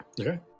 Okay